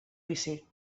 ofici